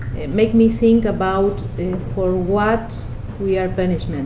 it made me think about for what we are punishment